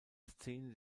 szene